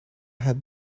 had